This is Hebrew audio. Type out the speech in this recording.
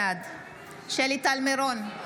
בעד שלי טל מירון,